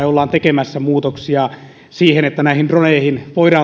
ollaan tekemässä muutoksia niin että näihin droneihin voidaan